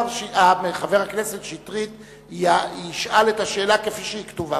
וחבר הכנסת שטרית ישאל את השאלה כפי שהיא כתובה.